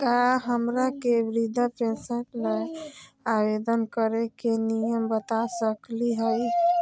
का हमरा के वृद्धा पेंसन ल आवेदन करे के नियम बता सकली हई?